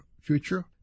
future